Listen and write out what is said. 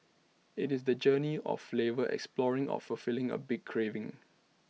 IT is the journey of flavour exploring or fulfilling A big craving